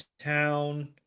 town